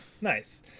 nice